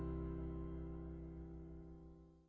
um